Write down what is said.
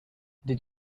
did